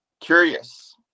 curious